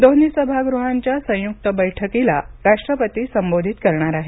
दोन्ही सभागृहांच्या संयुक्त बैठकीला राष्ट्रपती संबोधित करणार आहेत